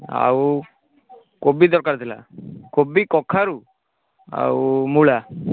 ଆଉ କୋବି ଦରକାର ଥିଲା କୋବି କଖାରୁ ଆଉ ମୂଳା